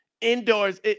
indoors